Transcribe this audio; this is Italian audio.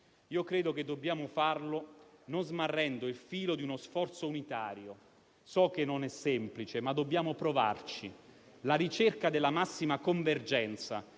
Credo che dobbiamo farlo non smarrendo il filo di uno sforzo unitario. So che non è semplice, ma dobbiamo provarci. La ricerca della massima convergenza